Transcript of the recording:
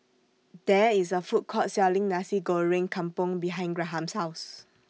There IS A Food Court Selling Nasi Goreng Kampung behind Graham's House